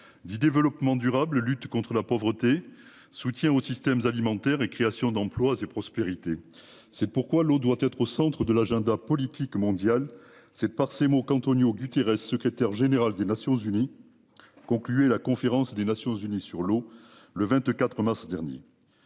du Développement durable, lutte contre la pauvreté. Soutien au système alimentaire et création d'emplois c'est prospérité. C'est pourquoi l'eau doit être au centre de l'agenda politique mondial. C'est par ces mots qu'Antonio Guterres, secrétaire général des Nations-Unies. Conclut et la conférence des Nations-Unies sur l'eau le 24 mars dernier.